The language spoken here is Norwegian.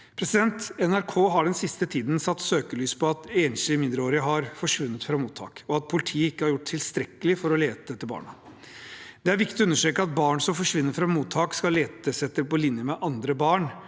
tiden satt søkelys på at enslige mindreårige har forsvunnet fra mottak, og at politiet ikke har gjort tilstrekkelig for å lete etter barna. Det er viktig å understreke at barn som forsvinner fra mottak, skal letes etter på lik linje med andre barn.